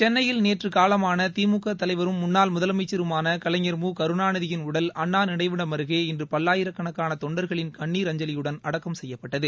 சென்னையில் நேற்ற காலமான திமுக தலைவரும் முன்னாள் முதலமைச்சருமான கலைஞர் நினைவிடம் அருகே இன்று பல்லாயிரக்கணக்கான தொண்டர்களின் கண்ணீர் அஞ்சலியுடன் அடக்கம் செய்யப்பட்டது